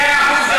מאה אחוז,